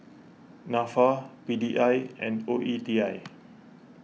Nafa P D I and O E T I